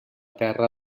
terra